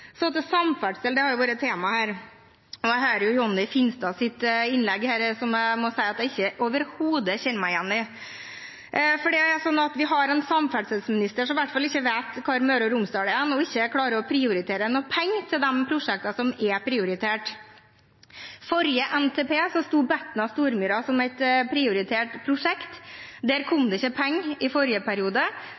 Så vi må faktisk tenke på at dette er viktige midler som nå bare forsvinner mer og mer for hvert år. Samferdsel har vært et tema her, og jeg hørte Jonny Finstads innlegg, som jeg overhodet ikke kjenner meg igjen i. Vi har en samferdselsminister som i hvert fall ikke vet hvor Møre og Romsdal er, og som ikke klarer å prioritere penger til prosjektene som er prioritert. I forrige NTP stod Betna–Stormyra som et prioritert prosjekt. Der kom det ikke penger i forrige periode.